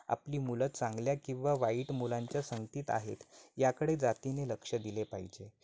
आपली मुलं चांगल्या किंवा वाईट मुलांच्या संगतीत आहेत याकडे जातीने लक्ष दिले पाहिजे